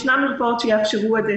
יש מרפאות שיאפשרו את זה,